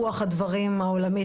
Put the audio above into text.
רוח הדברים העולמית,